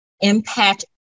impact